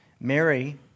Mary